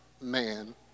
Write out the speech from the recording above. man